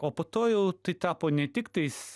o po to jau tai tapo ne tik tais